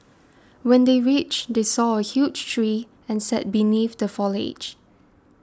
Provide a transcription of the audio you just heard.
when they reached they saw a huge tree and sat beneath the foliage